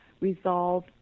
resolve